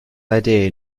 idea